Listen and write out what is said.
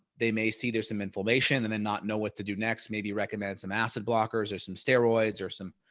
they may see there's some inflammation and then not know what to do next. maybe recommend some acid blockers or some steroids or some,